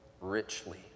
richly